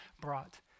brought